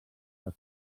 les